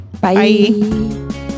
bye